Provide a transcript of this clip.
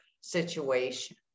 situation